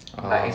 orh